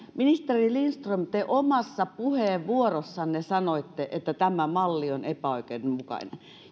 ministeri lindström te omassa puheenvuorossanne sanoitte että tämä malli on epäoikeudenmukainen